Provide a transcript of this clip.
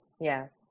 yes